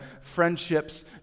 friendships